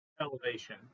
Elevation